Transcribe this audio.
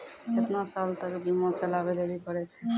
केतना साल तक बीमा चलाबै लेली पड़ै छै?